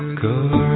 Go